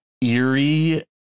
eerie